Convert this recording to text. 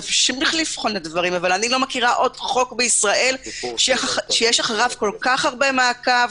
אני לא מכירה עוד חוק בישראל שיש אחריו כל כך הרבה מעקב